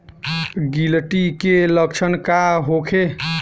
गिलटी के लक्षण का होखे?